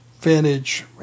vintage